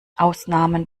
ausnahmen